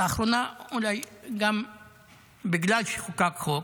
לאחרונה, אולי גם בגלל שחוקק חוק.